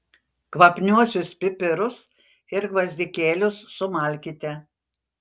kvapniuosius pipirus ir gvazdikėlius sumalkite